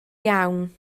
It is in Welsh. iawn